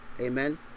Amen